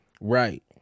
Right